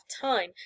time